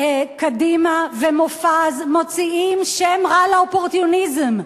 קדימה ומופז מוציאים שם רע לאופורטוניזם.